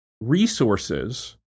resources